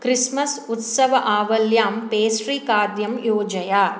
Christmas उत्सव आवल्यां पेस्ट्रीखाद्यं योजय